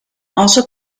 also